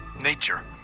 nature